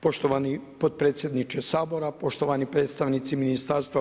Poštovani potpredsjedniče Sabora, poštovani predstavnici ministarstva.